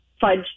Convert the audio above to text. fudge